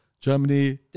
Germany